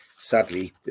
sadly